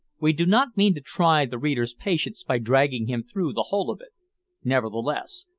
we do not mean to try the reader's patience by dragging him through the whole of it nevertheless,